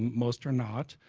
most are not,